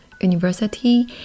University